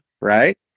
right